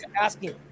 asking